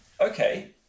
okay